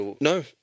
No